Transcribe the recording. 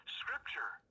scripture